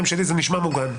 נשמע מוגן.